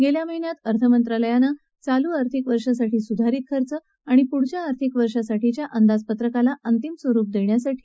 गेल्या महिन्यात अर्थ मंत्रालयानं चालू आर्थिक वर्षासाठी सुधारित खर्च आणि पुढच्या आर्थिक वर्षासाठीच्या अंदाजपत्रकाला अंतिम स्वरूप देण्यासाठी पोलाद